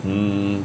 hmm